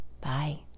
bye